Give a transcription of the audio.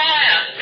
Fire